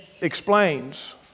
explains